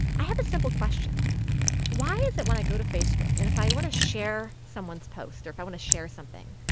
i have a simple question why is it when i go to facebook, and if i want to share someone's post, or if i want to share something,